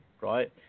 right